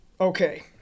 okay